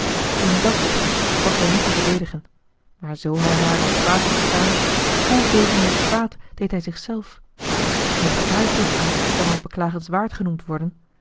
in dàt opzicht was hij niet te verdedigen maar zoo hij haar al kwaad had gedaan hoeveel meer kwaad deed hij zichzelf mocht hààr toestand dan al beklagenswaard genoemd worden